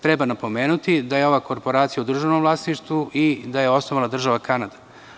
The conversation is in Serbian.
Treba napomenuti da je ova korporacija u državnom vlasništvu i da je osnovala država Kanada.